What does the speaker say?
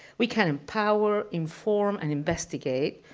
we can empower, inform, and investigate.